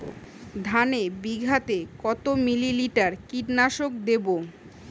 ধানে বিঘাতে কত মিলি লিটার কীটনাশক দেবো?